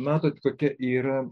matot kokia yra